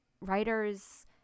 writers